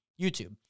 YouTube